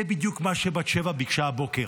זה בדיוק מה שבת שבע ביקשה הבוקר,